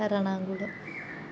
Ernakulam